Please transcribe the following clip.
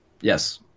Yes